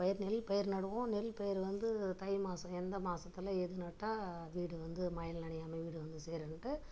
வயல்களில் பயிர் நடுவோம் நெல் பயிர் வந்து தை மாதம் எந்த மாசத்தில் எது நட்டா வீடு வந்து மழையில நனையாமல் வீடு வந்து சேர்றதுண்டு